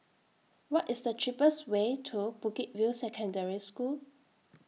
What IS The cheapest Way to Bukit View Secondary School